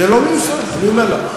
זה לא מיושם, אני אומר לך.